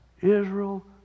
Israel